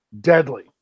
deadly